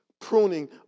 pruning